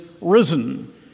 risen